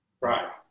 Right